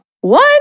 One